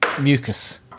Mucus